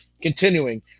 continuing